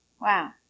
Wow